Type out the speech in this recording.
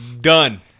done